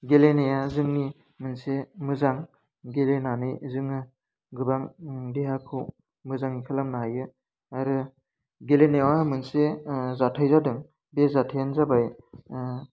गेलेनाया जोंनि मोनसे मोजां गेलेनानै जोङो गोबां देहाखौ मोजां खालामनाे हायो आरो गेलेनायाव आंहा मोनसे जाथाइ जादों बे जाथायानो जाबाय